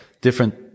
different